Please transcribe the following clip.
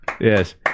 yes